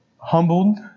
humbled